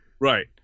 Right